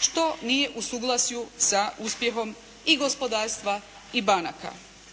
što nije u suglasju sa uspjehom i gospodarstva i banaka.